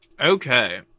Okay